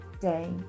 day